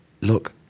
look